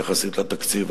יחסית לתקציב,